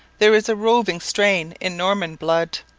there is a roving strain in norman blood.